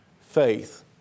Faith